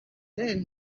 then